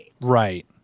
Right